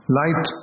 light